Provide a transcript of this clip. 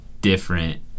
different